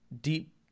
deep